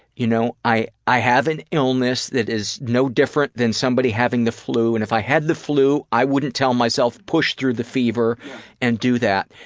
you know, i i have an illness that is no different than somebody having the flu, and if i had the flu, i wouldn't tell myself push through the fever and do that.